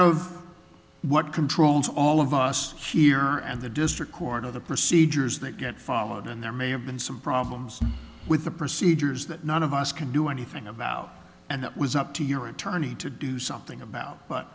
of what controls all of us here and the district court of the procedures that get followed and there may have been some problems with the procedures that none of us can do anything about and that was up to your attorney to do something about but